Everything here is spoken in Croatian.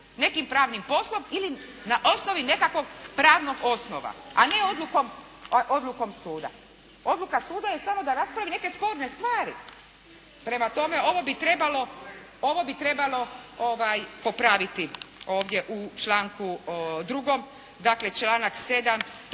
nekim pravnim poslom ili na osnovi nekakvog pravnog osnova a ne odlukom suda. Odluka suda je samo da raspravi neke sporne stvari. Prema tome, ovo bi trebalo popraviti ovdje u članku 2., dakle članak 7.